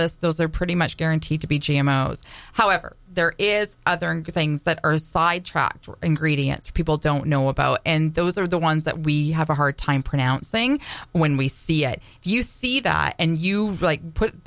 list those are pretty much guaranteed to be g m most however there is other things that are side tracked or ingredients people don't know about and those are the ones that we have a hard time pronouncing when we see it you see that and you